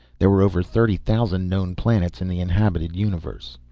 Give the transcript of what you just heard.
there were over thirty-thousand known planets in the inhabited universe.